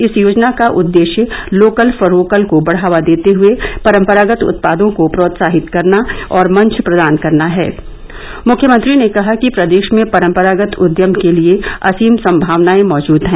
इस योजना का उद्देश्य लोकल फॉर वोकल को बढ़ावा देते हुये परम्परागत उत्पादों को प्रोत्साहित करना और मंच प्रदान करना है मुख्यमंत्री ने कहा कि प्रदेश में परम्परागत उद्यम के लिये असीम सम्भावनायें मौजूद हैं